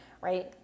right